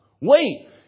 Wait